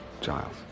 Giles